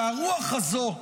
שהרוח הזו,